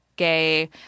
Gay